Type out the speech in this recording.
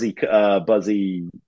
Buzzy